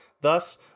Thus